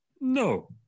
No